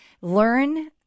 learn